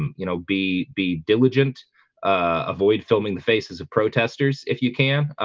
and you know be be diligent, ah avoid filming the faces of protesters if you can